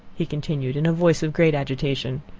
he continued, in a voice of great agitation,